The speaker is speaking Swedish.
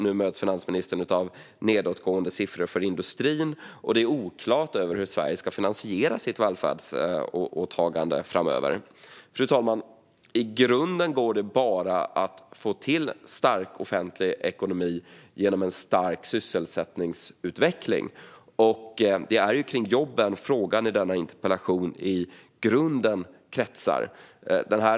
Nu möts finansministern av nedåtgående siffror för industrin, och det är oklart hur Sverige ska finansiera sitt välfärdsåtagande framöver. Fru talman! I grunden går det bara att få till en stark offentlig ekonomi genom en stark sysselsättningsutveckling. Det är kring jobben frågan i denna interpellation i grunden kretsar.